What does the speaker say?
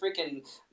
freaking